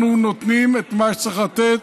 אנחנו נותנים את מה שצריך לתת.